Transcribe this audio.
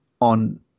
on